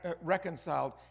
reconciled